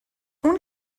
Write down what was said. اون